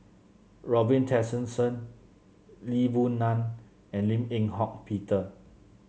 Robin Tessensohn Lee Boon Ngan and Lim Eng Hock Peter